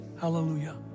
Hallelujah